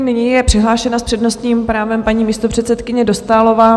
Nyní je přihlášena s přednostním právem paní místopředsedkyně Dostálová.